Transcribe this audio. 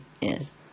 Yes